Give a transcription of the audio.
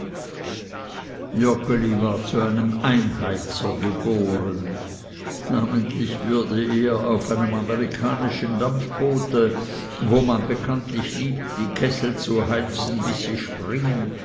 war zu einem einheizer geboren namentlich würde er auf einem amerikanischen dampfboote wo man bekanntlich liebt die kessel zu heizen bis sie springen